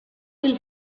will